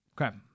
Okay